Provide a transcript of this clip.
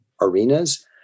arenas